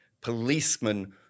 policemen